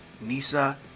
NISA